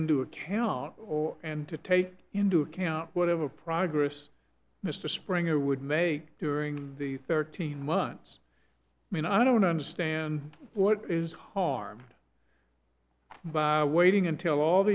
into account and to take into account whatever progress mr springer would make during the thirteen months i mean i don't understand what is harm by waiting until all